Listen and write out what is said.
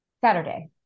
Saturday